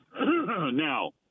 Now